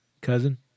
Cousin